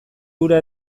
ura